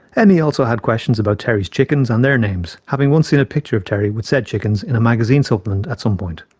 emmie also had questions about terry's chickens and their names, having once seen a picture of terry with said chickens in a magazine supplement as some point.